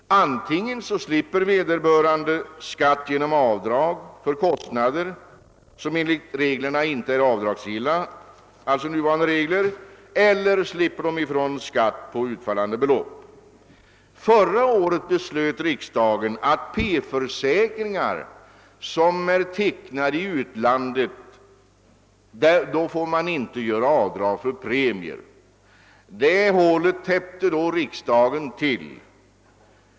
Antingen slipper vederbörande skatt genom avdrag för kostnader som enligt de nuvarande reglerna inte är avdragsgilla eller också slipper vederbörande ifrån skatt på utfallande belopp. Förra året beslöt riksdagen att det vid P-försäkringar som är tecknade i utlandet inte får göras avdrag för premier. Det hålet täppte riksdagen då till.